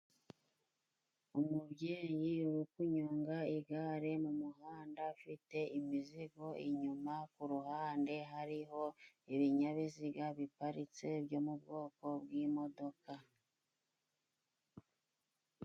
Umubyeyi uri kunyonga igare mu muhanda afite imizigo inyuma, ku ruhande hariho ibinyabiziga biparitse byo mu bwoko bw'imodoka.